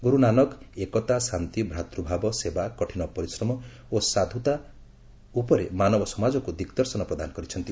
ଗୁରୁ ନାନକ ଏକତା ଶାନ୍ତି ଭ୍ରାତୂଭାବ ସେବା କଠିନ ପରିଶ୍ରମ ସାଧୁତା ଏବଂ ଆତ୍କସନ୍ମାନ ଉପରେ ମାନବ ସମାଜକୁ ଦିଗ୍ଦର୍ଶନ ପ୍ରଦାନ କରିଛନ୍ତି